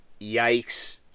Yikes